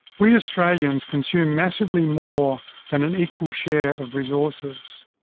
we australians consume massively more than an equal share of resources.